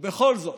ובכל זאת,